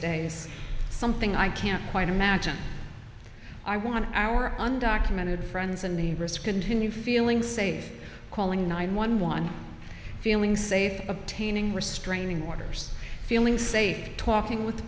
days something i can't quite imagine i want our undocumented friends and the rest continue feeling safe calling nine one one feeling safe obtaining restraining orders feeling safe talking with the